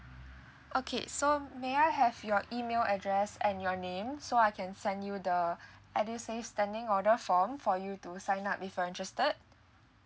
okay so may I have your email address and your name so I can send you the edusave standing order form for you to sign up if you're interested